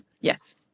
Yes